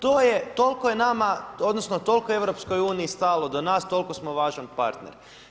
To je, toliko je nama, odnosno toliko je EU stalo do nas, toliko smo važan partner.